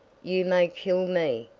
you may kill me,